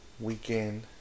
weekend